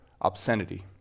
Obscenity